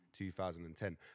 2010